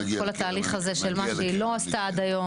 את כל התהליך הזה של מה שהיא לא עשתה עד היום,